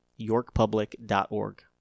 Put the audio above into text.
yorkpublic.org